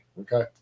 Okay